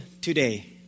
today